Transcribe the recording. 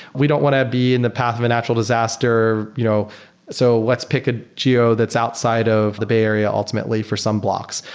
we don't want to be in the path of a natural disaster. you know so let's pick a geo that's outside of the bay area ultimately for some blocks.